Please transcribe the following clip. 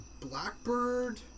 Blackbird